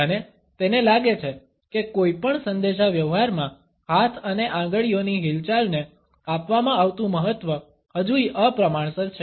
અને તેને લાગે છે કે કોઈપણ સંદેશાવ્યવહાર માં હાથ અને આંગળીઓની હિલચાલને આપવામાં આવતું મહત્વ હજુય અપ્રમાણસર છે